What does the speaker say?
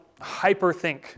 hyperthink